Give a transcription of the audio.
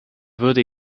würde